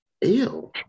ew